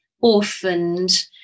orphaned